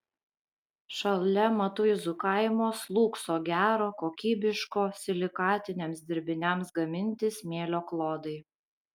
šalia matuizų kaimo slūgso gero kokybiško silikatiniams dirbiniams gaminti smėlio klodai